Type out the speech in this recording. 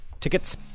tickets